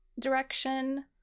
direction